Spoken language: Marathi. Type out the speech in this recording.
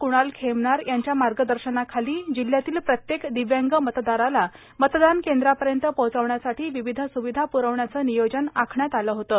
कुणाल खेमनार यांच्या मार्गदर्शनाखाली जिल्ह्यातील प्रत्येक दिव्यांग मतदाराला मतदान केंद्रापर्यंत पोहोचवण्यासाठी विविध सुविधा पुरवण्याचं नियोजन आखलं आलं होतं